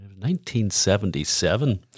1977